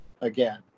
again